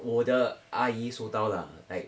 我的阿姨收到啦